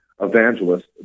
evangelist